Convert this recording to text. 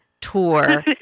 tour